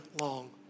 long